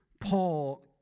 Paul